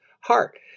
heart